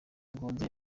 ganzo